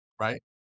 right